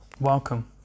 Welcome